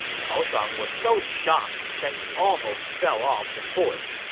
cao shuang was so shocked that he almost fell off his horse.